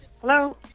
Hello